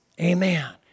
Amen